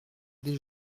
des